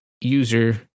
user